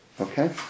okay